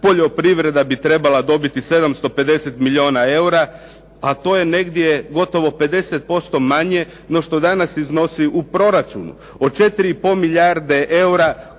poljoprivreda bi trebala dobiti 750 milijuna eura, a to je negdje gotovo 50% manje no što danas iznosi u proračunu. Od 4 i pol milijarde eura